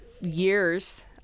years